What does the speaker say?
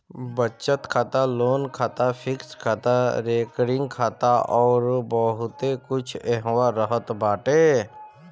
बचत खाता, लोन खाता, फिक्स्ड खाता, रेकरिंग खाता अउर बहुते कुछ एहवा रहत बाटे